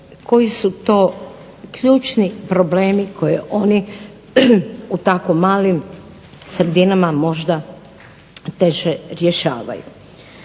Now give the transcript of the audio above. koji su to ključni problemi koje oni u tako malim sredinama možda teže rješavaju.